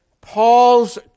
Paul's